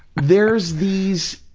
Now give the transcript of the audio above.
there's these,